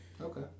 Okay